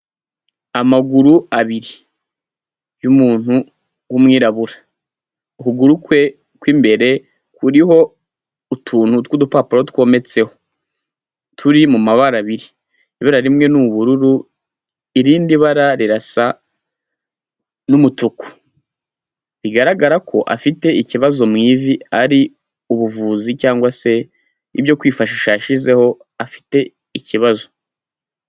Amaguru abiri, y'umuntu w'umwirabura, ukuguru kwe kw'imbere kuriho utuntu tw'udupapuro twometseho, turi mu mabara abiri, ibara rimwe ni ubururu, irindi bara rirasa n'umutuku, bigaragara ko afite ikibazo mu ivi ari ubuvuzi, cyangwa se ibyo kwifashisha yashyizeho afite ikibazo.